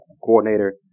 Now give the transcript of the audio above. coordinator